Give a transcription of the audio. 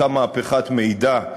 אותה מהפכת מידע,